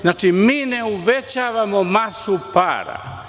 Znači, mi ne uvećavamo masu para.